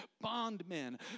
bondmen